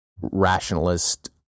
rationalist